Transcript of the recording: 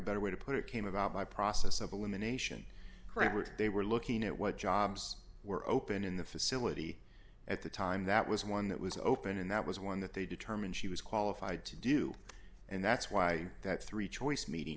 better way to put it came about by process of elimination corroborative they were looking at what jobs were open in the facility at the time that was one that was open and that was one that they determined she was qualified to do and that's why that three choice meeting